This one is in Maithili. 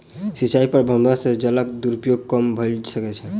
सिचाई प्रबंधन से जलक दुरूपयोग कम भअ सकै छै